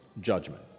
judgment